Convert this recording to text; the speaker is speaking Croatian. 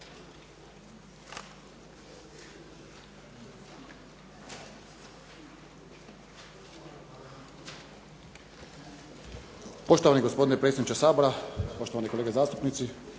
(SDP)** Gospodine predsjedniče Sabora, poštovani kolege zastupnici.